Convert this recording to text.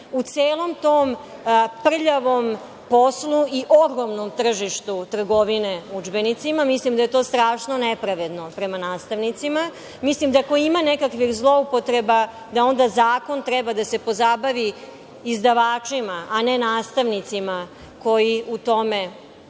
u celom tom prljavom poslu i ogromnom tržištu trgovine udžbenicima. Mislim da je to strašno nepravedno prema nastavnicima. Ako ima nekakvih zloupotreba, onda zakon treba da se pozabavi izdavačima, a ne nastavnicima koji u tome